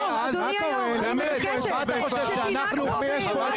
אדוני היושב ראש, אני מבקשת שתנהג בשוויון.